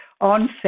on